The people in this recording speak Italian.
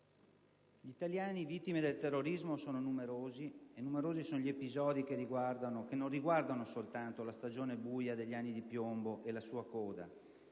gli italiani vittime del terrorismo sono numerosi, e numerosi sono gli episodi, che non riguardano soltanto la stagione buia degli anni di piombo e la sua coda,